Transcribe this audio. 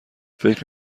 فکر